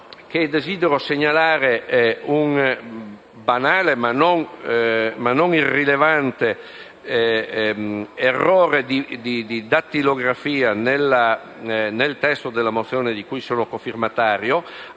infine segnalare un banale ma non irrilevante errore di trascrizione nel testo della mozione di cui sono cofirmatario: